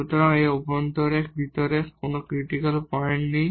সুতরাং এখানে এই অভ্যন্তরের ভিতরে কোন ক্রিটিকাল পয়েন্ট নেই